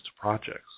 projects